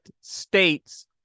states